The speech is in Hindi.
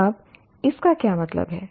अब इसका क्या मतलब है